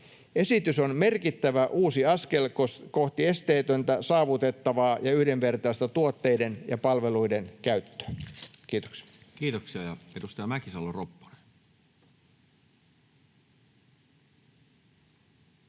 Esitys on merkittävä uusi askel kohti esteetöntä, saavutettavaa ja yhdenvertaista tuotteiden ja palveluiden käyttöä. — Kiitoksia. [Speech 137] Speaker: Toinen